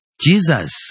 Jesus